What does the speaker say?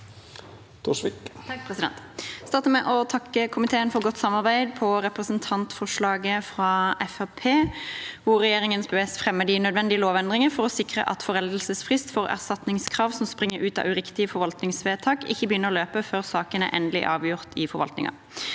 Jeg starter med å takke komiteen for godt samarbeid i behandlingen av representantforslaget fra Fremskrittspartiet, der regjeringen bes fremme de nødvendige lovendringer for å sikre at foreldelsesfristen for erstatningskrav som springer ut av uriktige forvaltningsvedtak, ikke begynner å løpe før saken er endelig avgjort i forvaltningen.